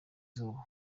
izuba